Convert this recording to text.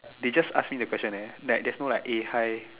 they just ask me the question eh like there's no like eh hi